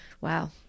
wow